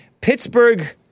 Pittsburgh